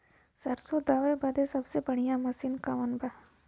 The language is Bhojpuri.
सरसों दावे बदे सबसे बढ़ियां मसिन कवन बा?